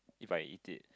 if I eat it